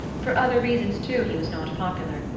for other reasons, too, he was not popular.